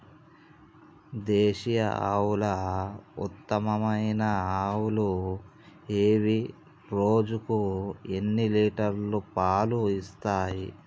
దేశీయ ఆవుల ఉత్తమమైన ఆవులు ఏవి? రోజుకు ఎన్ని లీటర్ల పాలు ఇస్తాయి?